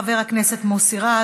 חבר הכנסת מוסי רז,